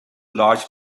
large